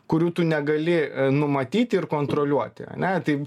kurių tu negali numatyti ir kontroliuoti ane tai